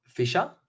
Fisher